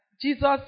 Jesus